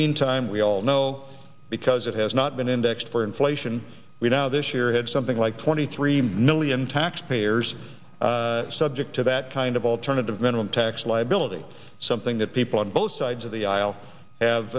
meantime we all know because it has not been indexed for inflation we now this year had something like twenty three million taxpayers subject to that kind of alternative minimum tax liability something that people on both sides of the aisle have